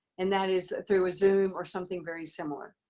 and that is through a zoom or something very similar.